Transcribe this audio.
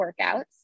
workouts